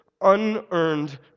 unearned